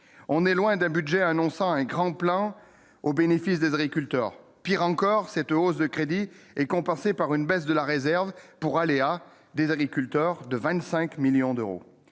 on est loin des Budgets annonçant un grand plan au bénéfice des agriculteurs, pire encore, 7 E hausse de crédit est compensée par une baisse de la réserve pour aller à des agriculteurs de 25 millions d'euros,